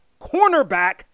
cornerback